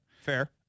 fair